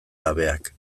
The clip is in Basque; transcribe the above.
gabeak